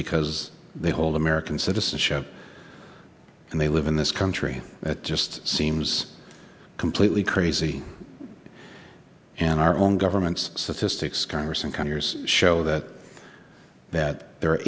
because they hold american citizenship and they live in this country that just seems completely crazy and our own governments statistics congress and conyers show that that the